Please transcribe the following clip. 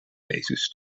wezens